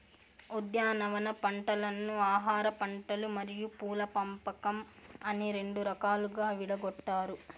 ఉద్యానవన పంటలను ఆహారపంటలు మరియు పూల పంపకం అని రెండు రకాలుగా విడగొట్టారు